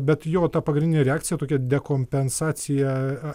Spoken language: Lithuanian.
bet jo ta pagrindinė reakcija tokia dekompensacija